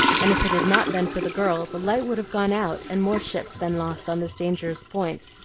and if it had not been for the girl, the light would have gone out and more ships been lost on this dangerous point.